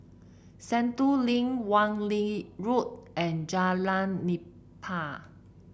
Sentul Link Wan Lee Road and Jalan Nipah